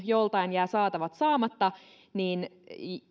joltain kun jää saatavat saamatta niin